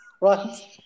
right